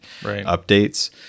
updates